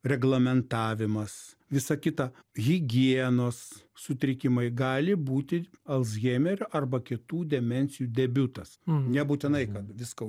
reglamentavimas visa kita higienos sutrikimai gali būti alzheimerio arba kitų demencijų debiutas nebūtinai kad viską